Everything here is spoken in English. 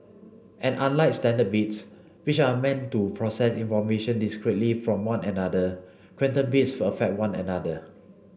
and unlike standard bits which are meant to process information discretely from one another quantum bits affect one another